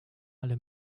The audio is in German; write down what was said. alle